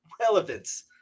relevance